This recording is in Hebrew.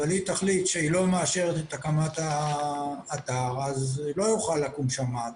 תחליט שהיא לא מאשרת את הקמת האתר אז לא יוכל לקום שם אתר.